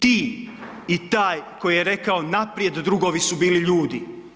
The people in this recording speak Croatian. Ti i taj koji je rekao „naprijed drugovi“ su bili ljudi.